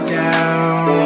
down